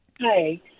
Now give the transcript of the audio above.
Hi